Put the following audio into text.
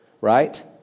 right